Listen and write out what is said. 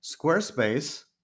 Squarespace